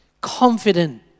Confident